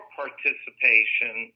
participation